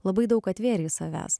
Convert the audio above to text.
labai daug atvėrė savęs